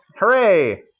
Hooray